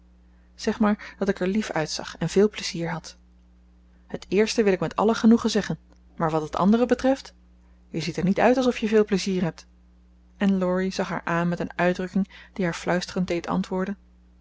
zeg maar dat ik er lief uitzag en veel plezier had het eerste wil ik met alle genoegen zeggen maar wat het andere betreft je ziet er niet uit alsof je veel plezier hebt en laurie zag haar aan met een uitdrukking die haar fluisterend deed antwoorden